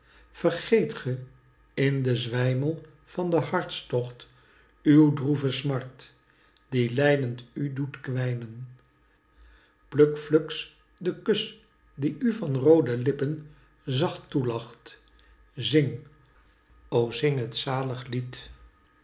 vergetet ge in den zwijmel van den hartstocht uw droeve smart die lijdend u doet kwijnen pluk fiuks den kus die u van roode lippen zacht toelacht zing o zing het zalig lied